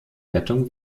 rettung